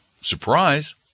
surprise